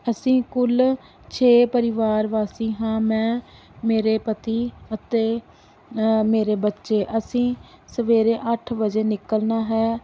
ਅਸੀਂ ਕੁੱਲ ਛੇ ਪਰਿਵਾਰ ਵਾਸੀ ਹਾਂ ਮੈਂ ਮੇਰੇ ਪਤੀ ਅਤੇ ਮੇਰੇ ਬੱਚੇ ਅਸੀਂ ਸਵੇਰੇ ਅੱਠ ਵਜੇ ਨਿਕਲਣਾ ਹੈ